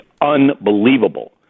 unbelievable